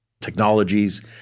technologies